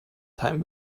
time